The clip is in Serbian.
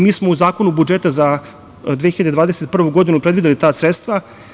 Mi smo u Zakonu o budžetu za 2021. godinu predvideli ta sredstva.